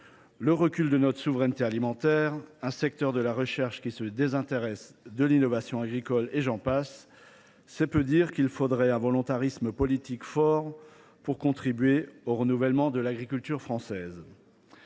le recul de notre souveraineté alimentaire, un secteur de la recherche qui se désintéresse de l’innovation agricole et j’en passe, c’est peu dire qu’il faudrait un volontarisme politique fort pour contribuer au renouvellement de l’agriculture française.